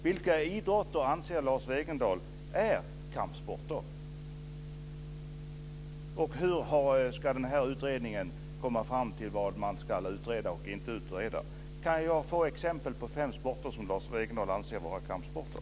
Vilka idrotter anser Lars Wegendal är kampsporter? Hur ska utredningen komma fram till vad man ska utreda och vad man inte ska utreda? Kan jag få exempel på fem sporter som Lars Wegendal anser vara kampsporter?